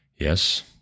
Yes